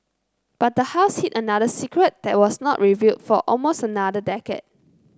but the house hid another secret that was not revealed for almost another decade